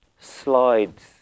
slides